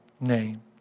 name